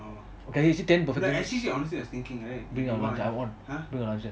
actually actually honestly I was thinking right !huh!